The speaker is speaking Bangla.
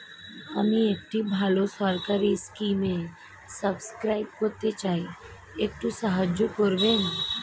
আমি একটি ভালো সরকারি স্কিমে সাব্সক্রাইব করতে চাই, একটু সাহায্য করবেন?